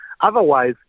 Otherwise